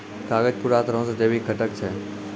कागज पूरा तरहो से जैविक घटक छै